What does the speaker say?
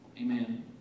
Amen